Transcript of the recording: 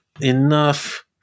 enough